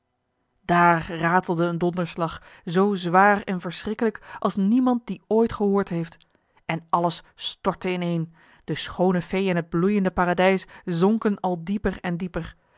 daar ratelde een donderslag zoo zwaar en verschrikkelijk als niemand dien ooit gehoord heeft en alles stortte ineen de schoone fee en het bloeiende paradijs zonken al dieper en dieper